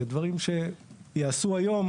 ודברים שייעשו היום,